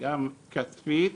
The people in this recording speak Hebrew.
וגם מבחינה כספית,